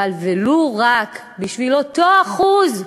אבל לו רק בשביל אותו אחוז,